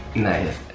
nice.